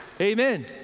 Amen